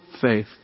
faith